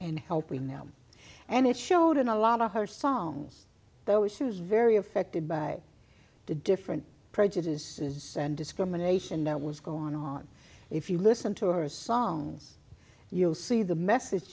in helping them and it showed in a lot of her songs though issues very affected by the different prejudices and discrimination that was going on if you listen to her songs you'll see the message